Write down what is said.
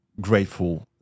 grateful